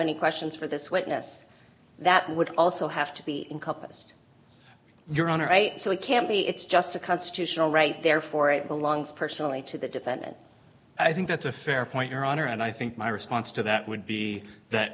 any questions for this witness that would also have to be encompassed your honor so it can be it's just a constitutional right therefore it belongs personally to the defendant i think that's a fair point your honor and i think my response to that would be that